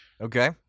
Okay